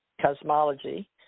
Cosmology